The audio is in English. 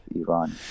Iran